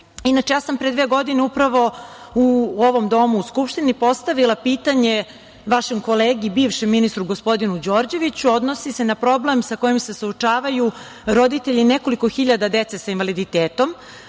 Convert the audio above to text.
teme. Inače, ja sam pre dve godine upravo u ovom domu u Skupštini postavila pitanje vašem kolegi, bivšem ministru gospodinu Đorđeviću, a odnosi se na problem sa kojim se suočavaju roditelji nekoliko hiljada dece sa invaliditetom.